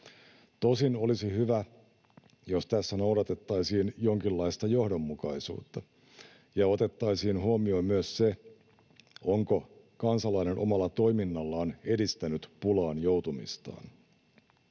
Tosin olisi hyvä, jos tässä noudatettaisiin jonkinlaista johdonmukaisuutta ja otettaisiin huomioon myös se, onko kansalainen omalla toiminnallaan edistänyt pulaan joutumistaan.